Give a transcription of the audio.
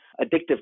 addictive